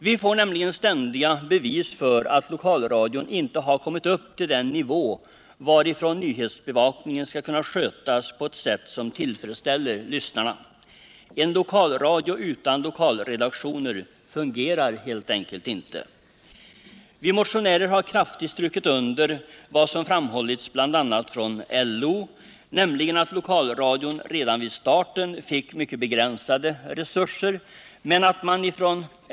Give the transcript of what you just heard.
Vi får ständiga bevis för att lokalradion ännu inte har nått upp till en nivå när det gäller nyhetsbevakningen som tillfredsställer lyssnarna. En lokalradio utan lokalredaktioner fungerar helt enkelt inte. Vi motionärer har kraftigt strukit under vad som framhållits bl.a. från LO, nämligen att lokalradion redan vid starten fick mycket begränsade resurser.